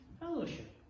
fellowship